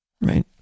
right